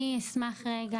אני אשמח רגע.